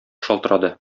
шалтырады